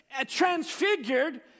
transfigured